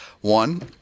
One